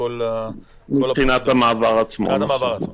מבחינת המעבר עצמו.